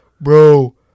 bro